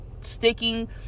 sticking